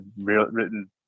written